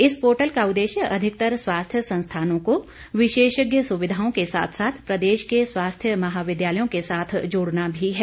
इस पोर्टल का उद्देश्य अधिकतर स्वास्थ्य संस्थानों को विशेषज्ञ सुविधाओं के साथ साथ प्रदेश के स्वास्थ्य महाविद्यालयों के साथ जोड़ना भी है